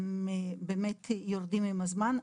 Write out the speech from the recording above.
הם באמת יורדים עם הזמן,